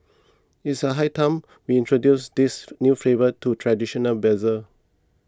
it is high time we introduce these new flavours to traditional bazaar